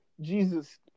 Jesus